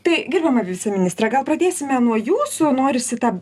tai gerbiama viceministre gal pradėsime nuo jūsų norisi tą